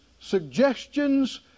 suggestions